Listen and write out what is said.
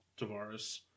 Tavares